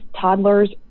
toddlers